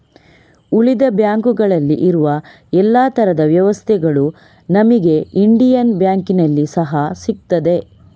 ಉಳಿದ ಬ್ಯಾಂಕುಗಳಲ್ಲಿ ಇರುವ ಎಲ್ಲಾ ತರದ ವ್ಯವಸ್ಥೆಗಳು ನಮಿಗೆ ಇಂಡಿಯನ್ ಬ್ಯಾಂಕಿನಲ್ಲಿ ಸಹಾ ಸಿಗ್ತದೆ